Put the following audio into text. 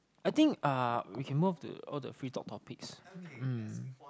I think uh we can move to all the free talk topics hmm